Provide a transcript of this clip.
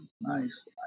nice